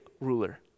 ruler